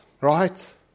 right